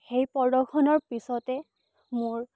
সেই প্ৰদৰ্শনৰ পিছতে মোৰ